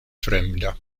fremda